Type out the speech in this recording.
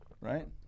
right